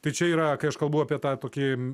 tai čia yra kai aš kalbu apie tą tokį